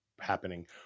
happening